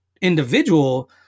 individual